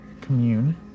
Commune